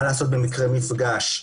מה לעשות במקרי מפגש,